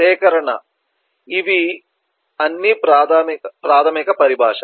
సేకరణ ఇవి అన్ని ప్రాథమిక పరిభాష